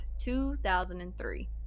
2003